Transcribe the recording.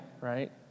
right